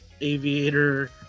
aviator